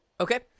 Okay